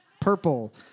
purple